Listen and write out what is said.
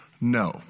no